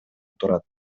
турат